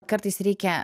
kartais reikia